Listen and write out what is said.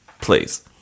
please